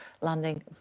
landing